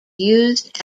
used